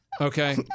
Okay